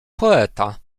poeta